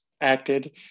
acted